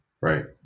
right